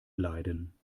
leiden